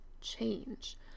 change